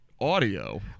audio